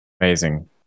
Amazing